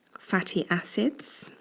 fatty acids